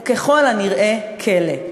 הוא ככל הנראה כלא.